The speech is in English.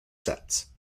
sets